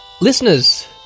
listeners